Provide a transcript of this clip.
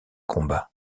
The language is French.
combat